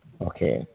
Okay